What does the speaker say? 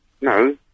No